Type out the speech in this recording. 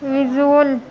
visual